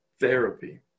therapy